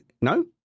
No